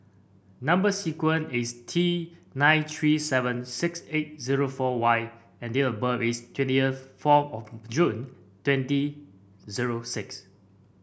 number sequence is T nine three seven six eight zero four Y and date of birth is twentieth four of June twenty zero six